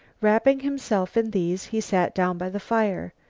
wrapping himself in these, he sat down by the fire.